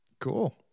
Cool